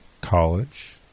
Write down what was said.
college